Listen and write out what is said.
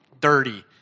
dirty